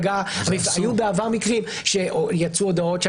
היו בעבר מקרים שיצאו הודעות ביום הבחירות